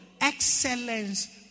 excellence